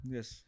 Yes